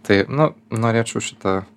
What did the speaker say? tai nu norėčiau šitą